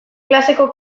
klaseko